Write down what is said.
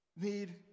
need